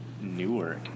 Newark